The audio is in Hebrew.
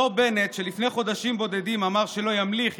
אותו בנט שלפני חודשים בודדים אמר שלא ימליך,